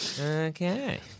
Okay